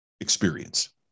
experience